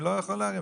אני לא יכול להרים,